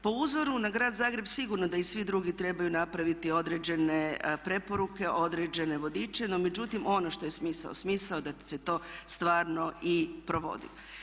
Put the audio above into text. Po uzoru na grad Zagreb sigurno da i svi drugi trebaju napraviti određene preporuke, određene vodiče, no međutim on što je smisao, smisao je da se to stvarno i provodi.